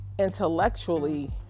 intellectually